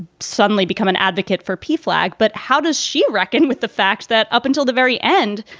suddenly become an advocate for p flag? but how does she reckon with the fact that up until the very end,